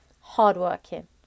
hardworking